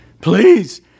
please